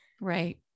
Right